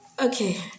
Okay